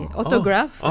autograph